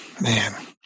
man